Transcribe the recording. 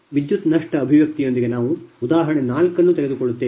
ವಿದ್ಯುತ್ ನಷ್ಟ ಅಭಿವ್ಯಕ್ತಿಯೊಂದಿಗೆ ನಾವು ಉದಾಹರಣೆ 4 ಅನ್ನು ತೆಗೆದುಕೊಳ್ಳುತ್ತೇವೆ